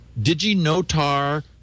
DigiNotar